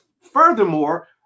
furthermore